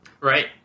right